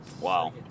Wow